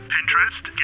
Pinterest